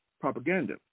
propaganda